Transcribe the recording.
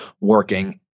working